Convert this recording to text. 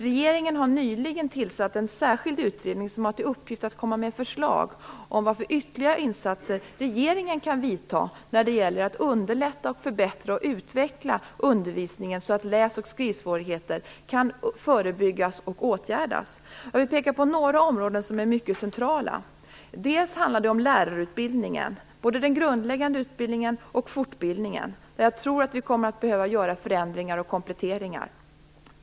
Regeringen har nyligen tillsatt en särskild utredning som har till uppgift att komma med förslag om vilka ytterligare insatser regeringen kan vidta när det gäller att underlätta, förbättra och utveckla undervisningen så att läs och skrivsvårigheter kan förebyggas och åtgärdas. Jag vill peka på några områden som är mycket centrala. Dels handlar det om lärarutbildningen - både den grundläggande utbildningen och fortbildningen - där jag tror att vi kommer att behöva göra förändringar och kompletteringar.